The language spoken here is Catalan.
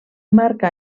marca